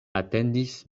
atendis